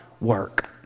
work